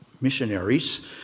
missionaries